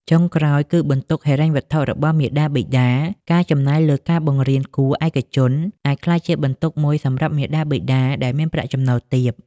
ចុងក្រោយ គឺបន្ទុកហិរញ្ញវត្ថុរបស់មាតាបិតា ការចំណាយលើការបង្រៀនគួរឯកជនអាចក្លាយជាបន្ទុកមួយសម្រាប់មាតាបិតាដែលមានប្រាក់ចំណូលទាប។